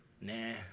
Nah